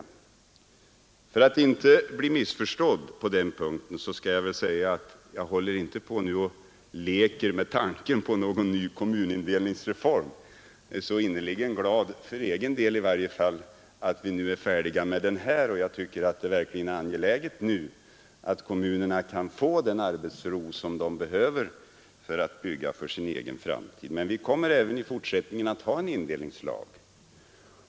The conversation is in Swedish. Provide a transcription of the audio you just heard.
För att inte bli missförstådd på denna punkt måste jag säga, att regeringen nu inte leker med tanken på en ny kommunindelningsreform. Jag är i varje fall för egen del så innerligen glad att vi nu är färdiga med den här reformen. Jag tycker att det nu verkligen är angeläget att kommunerna kan få den arbetsro de behöver för att bygga för sin egen framtid. Men vi kommer även i fortsättningen att ha en indelningslag.